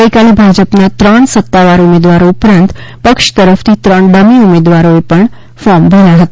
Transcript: ગઇકાલે ભાજપના ત્રણ સત્તાવાર ઉમેદવારો ઉપરાંત પક્ષ તરફથી ત્રણ ડમી ઉમેદવારોએ પણ ફોર્મ ભર્યાં હતા